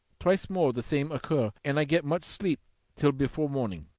twice more the same occur, and i get much sleep till before morning.